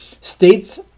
states